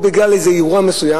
או בגלל איזה אירוע מסוים,